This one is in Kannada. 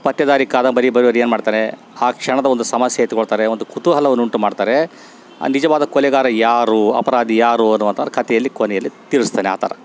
ಪತ್ತೆದಾರಿ ಕಾದಂಬರಿ ಬರೆಯುವವ್ರೇನು ಮಾಡ್ತಾರೆ ಆ ಕ್ಷಣದ ಒಂದು ಸಮಸ್ಯೆ ಎತ್ಕೊಳ್ತಾರೆ ಒಂದು ಕುತೂಹಲವನ್ನುಂಟು ಮಾಡ್ತಾರೆ ನಿಜವಾದ ಕೊಲೆಗಾರ ಯಾರು ಅಪರಾಧಿ ಯಾರು ಅನ್ನುವಂಥದ್ ಕತೆಯಲ್ಲಿ ಕೊನೆಯಲ್ಲಿ ತಿಳಿಸ್ತಾನೆ ಆ ಥರ